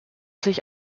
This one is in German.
sich